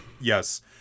Yes